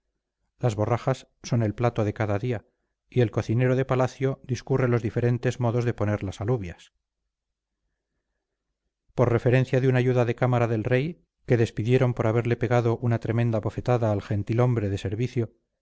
las borrajas son el plato de cada día y el cocinero de palacio discurre los diferentes modos de poner las alubias por referencia de un ayuda de cámara del rey que despidieron por haberle pegado una tremenda bofetada al gentil-hombre de servicio